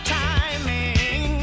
timing